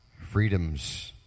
Freedom's